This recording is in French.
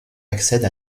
accède